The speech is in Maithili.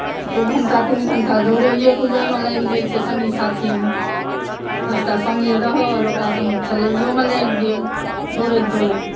दू घण्टा तीन घण्टा दौड़ैया कुदैयेमे लागि जाइ छै सङ्गी साथीमे दसटा सङ्गी रहल ओकरा सङ्गे खेलैयोमे लागि गेल दौड़ैत दौड़ैत